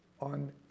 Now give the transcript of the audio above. on